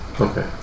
Okay